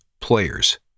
players